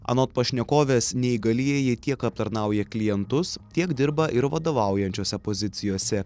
anot pašnekovės neįgalieji tiek aptarnauja klientus tiek dirba ir vadovaujančiose pozicijose